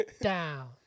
Down